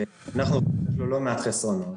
שאנחנו (הפרעות בשידור הזום) לא מעט חסרונות.